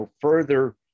further